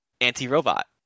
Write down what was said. anti-robot